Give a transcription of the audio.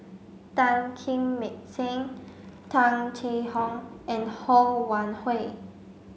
Tan Kim Seng Tung Chye Hong and Ho Wan Hui